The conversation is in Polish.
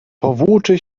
powłóczy